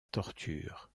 torture